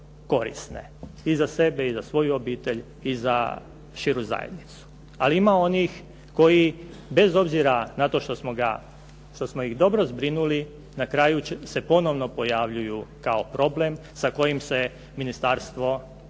i za sebe, i za svoju obitelj i za širu zajednicu. Ali ima onih koji bez obzira na to što smo ih dobro zbrinuli na kraju se ponovno pojavljuju kao problem sa kojim se ministarstvo i